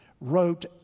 wrote